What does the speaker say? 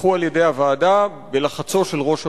נדחו על-ידי הוועדה בלחצו של ראש הממשלה.